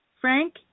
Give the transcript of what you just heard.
Frank